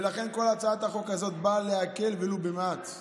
ולכן כל הצעת החוק הזאת באה להקל ולו במעט.